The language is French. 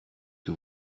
que